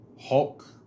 Hulk